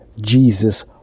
Jesus